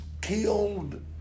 killed